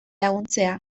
laguntzea